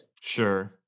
sure